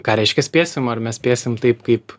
ką reiškia spėsim ar mes spėsim taip kaip